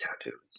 tattoos